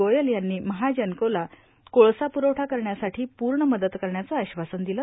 गोयल यांनी महाजनकोला कोळसा पुरवठा करण्यासाठां पूण मदत करण्याचे आश्वासन दिले